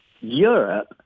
Europe